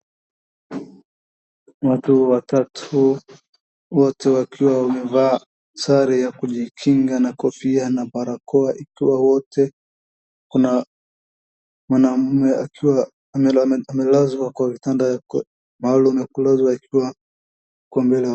Watu watatu wote wakiwa wamevaa sare ya kujikinga na kofia na barakoa ikiwa wote. Kuna mwanaume akiwa amelazwa kwa kitanda maalum ya kulazwa ikiwa ako mbele.